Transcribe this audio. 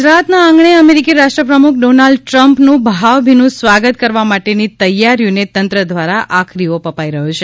ગુજરાતના આંગણે અમેરિકી રાષ્ટ્ર પ્રમુખ ડોનાલ્ડ ટ્રમ્પનું ભાવભીનું સ્વાગત કરવા માટેની તૈયારીઓને તંત્ર દ્વારા આખરી ઓપ અપાઈ રહ્યો છે